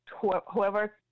whoever